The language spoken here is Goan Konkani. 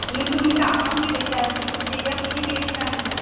न्हू तुमी कामांक बी वयतात न्हू सो तेज्या पयलीं रेडी जावंक जाय